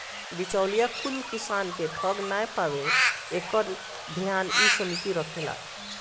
बिचौलिया कुल किसान के ठग नाइ पावे एकर ध्यान इ समिति रखेले